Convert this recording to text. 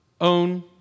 own